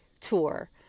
tour